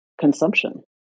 consumption